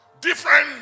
different